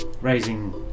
raising